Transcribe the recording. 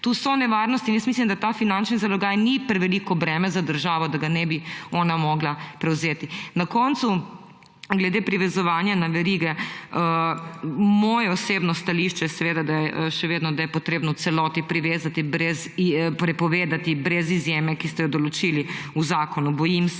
Tu so nevarnosti. In mislim, da ta finančni zalogaj ni preveliko breme za državo, da ga ne bi ona mogla prevzeti. Na koncu glede privezovanja na verige. Moje osebno stališče je še vedno, da je treba v celoti prepovedati, brez izjeme, ki ste jo določili v zakonu. Bojim se,